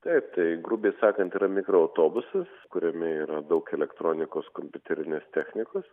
taip taip grubiai sakant yra mikroautobusas kuriame yra daug elektronikos kompiuterinės technikos